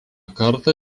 kartą